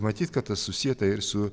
matyt kad tas susieta ir su